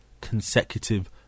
consecutive